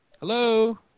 Hello